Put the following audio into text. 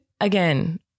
Again